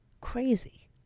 crazy